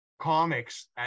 comics